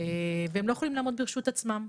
והם לא יכולים לעמוד ברשות עצמם.